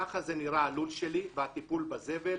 כך נראה הלול שלי והטיפול בזבל.